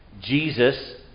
Jesus